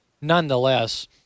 Nonetheless